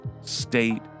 state